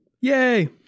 Yay